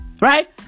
right